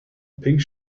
pink